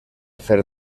fer